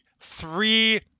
three